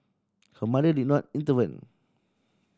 her mother did not intervene